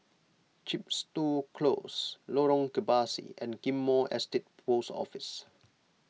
Chepstow Close Lorong Kebasi and Ghim Moh Estate Post Office